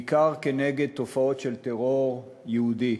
בעיקר כנגד תופעות של טרור יהודי,